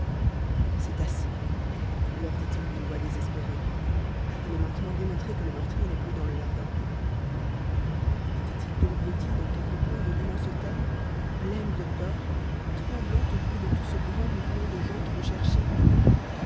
c'est assez leur dit-il d'une voix désespérée il est maintenant démontré que le meurtrier n'est plus dans le jardin était-il donc blotti dans quelque coin de l'immense hôtel blême de peur tremblant au bruit de tout ce grand mouvement de gens qui le cherchaient